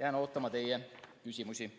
Jään ootama teie küsimusi.